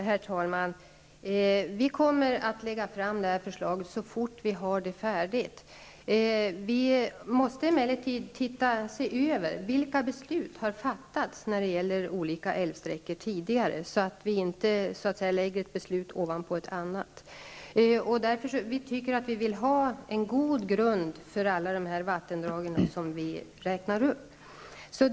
Herr talman! Vi kommer att lägga fram förslaget så fort vi har det färdigt. Vi måste emellertid se över vilka beslut som tidigare har fattats när det gäller olika älvsträckor, så att vi inte så att säga lägger ett beslut ovanpå ett annat. Vi vill nämligen ha en god grund i fråga om alla de vattendrag som vi menar skall skyddas.